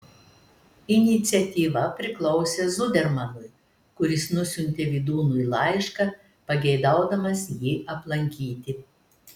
iniciatyva priklausė zudermanui kuris nusiuntė vydūnui laišką pageidaudamas jį aplankyti